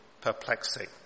perplexing